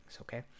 okay